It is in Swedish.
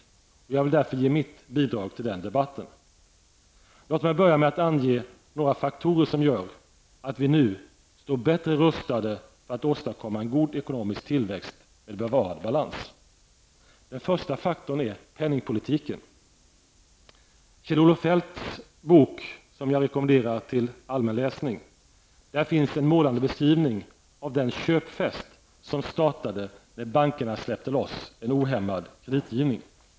Jag vill därför ge mitt bidrag till den debatten. Låt mig börja med att ange några faktorer som gör att vi nu står bättre rustade för att åstadkomma en god ekonomisk tillväxt med bevarad balans. Den första faktorn är penningpolitiken. Kjell-Olof Feldt har i sin bok -- som jag rekommenderar till allmän läsning -- en målande beskrivning av den köpfest som startade när bankerna släppte loss en ohämmad kreditgivning.